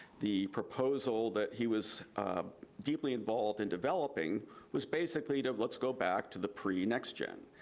the proposal that he was deeply involved in developing was basically to let's go back to the pre-next gen,